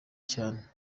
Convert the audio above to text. cane